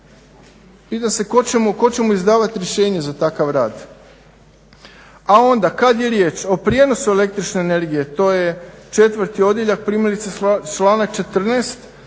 Pitam se tko će mu izdavati rješenje za takav rad? A onda kad je riječ o prijenosu električne energije to je četvrti odjeljak, primjerice članak 14.